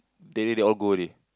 they they all go already